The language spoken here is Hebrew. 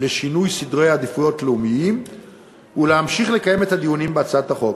לשינוי סדרי עדיפויות לאומיים ולהמשיך לקיים את הדיונים בהצעת החוק.